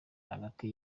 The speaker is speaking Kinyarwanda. hagati